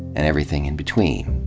and everything in between,